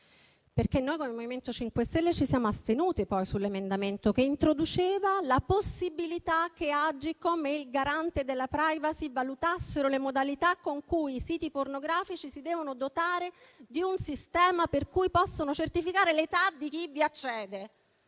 perché noi del MoVimento 5 Stelle ci siamo astenuti sull'emendamento che introduceva la possibilità che Agcom e il Garante della *privacy* valutassero le modalità con cui i siti pornografici si devono dotare di un sistema per cui possono certificare l'età di chi vi accede,